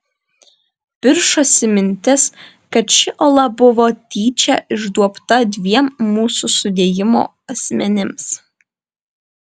piršosi mintis kad ši ola buvo tyčia išduobta dviem mūsų sudėjimo asmenims